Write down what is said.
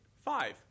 Five